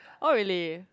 oh really